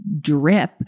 drip